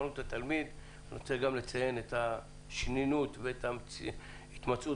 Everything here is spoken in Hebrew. אני רוצה לציין את השנינות וההתמצאות